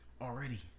already